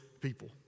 people